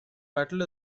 battle